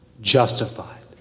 justified